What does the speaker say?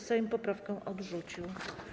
Sejm poprawkę odrzucił.